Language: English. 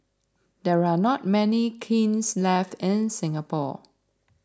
there are not many kilns left in Singapore